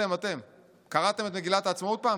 אתם, אתם, קראתם את מגילת העצמאות פעם?